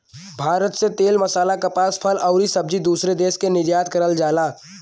भारत से तेल मसाला कपास फल आउर सब्जी दूसरे देश के निर्यात करल जाला